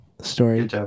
story